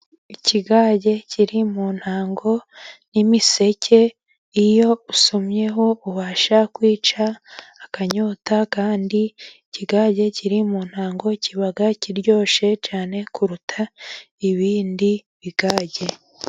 Ikigage kiri mu ntango n'imiseke, iyo usomyeho ubasha kwica akanyota kandi ikigage kiri mu ntango, kiba kiryoshye cyane, kuruta ibindi bigage.